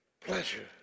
pleasure